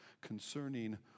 concerning